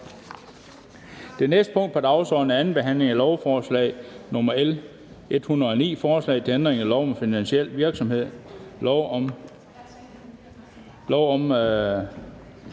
Det næste punkt på dagsordenen er: 6) 2. behandling af lovforslag nr. L 109: Forslag til lov om ændring af lov om finansiel virksomhed, lov om